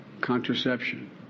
contraception